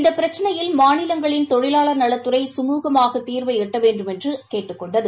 இந்த பிரச்சினையில் மாநிலங்களின் தொழிலாளா் நலத்துறை கமுகமாக தீர்வை எட்ட வேண்டுமென்று கேட்டுக் கொண்டது